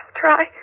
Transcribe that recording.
Try